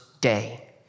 day